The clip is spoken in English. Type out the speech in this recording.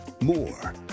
More